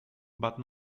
but